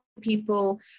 people